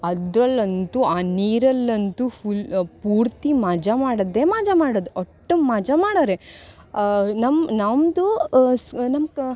ಅದರಲ್ಲಂತೂ ಆ ನೀರಲ್ಲಂತೂ ಫುಲ್ ಪೂರ್ತಿ ಮಜ ಮಾಡಿದ್ದೆ ಮಜಾ ಮಾಡಿದ್ ಅಷ್ಟ್ ಮಜ ಮಾಡರೇ ನಮ್ಮ ನಮ್ಮದು ಸ್ ನಮ್ಮ ಕ